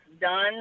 done